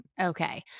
Okay